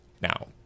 now